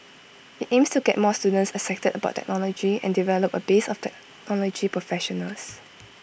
IT aims to get more students excited about technology and develop A base of technology professionals